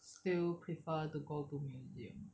still prefer to go to museum